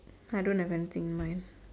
I don't have anything in mind